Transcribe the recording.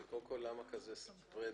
למה כזה פרויקט